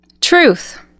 Truth